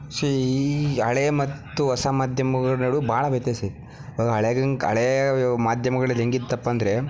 so ಈ ಹಳೆಯ ಮತ್ತು ಹೊಸ ಮಾಧ್ಯಮಗಳ ನಡುವೆ ಭಾಳ ವ್ಯತ್ಯಾಸ ಇದೆ ಅದು ಹಳೆದಿಂದ ಹಳೆಯ ಮಾಧ್ಯಮಗಳಲ್ಲಿ ಹೇಗಿತ್ತಪ್ಪ ಅಂದರೆ